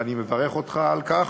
ואני מברך אותך על כך,